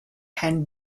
hand